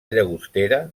llagostera